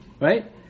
Right